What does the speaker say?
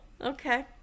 Okay